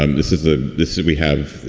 and this is a this is we have.